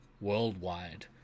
worldwide